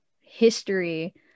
history